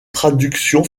traduction